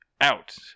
out